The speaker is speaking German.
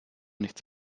nichts